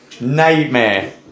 Nightmare